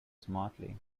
smartly